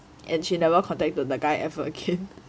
and she never contacted the guy ever again